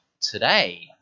today